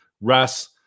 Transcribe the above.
Russ